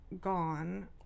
gone